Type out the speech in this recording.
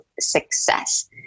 success